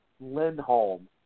Lindholm